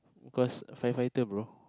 cause firefighter bro